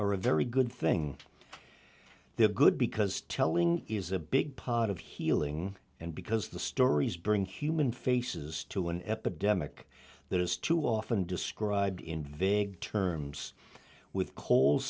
are a very good thing they're good because telling is a big pot of healing and because the stories bring human faces to an epidemic that is too often described in vague terms with co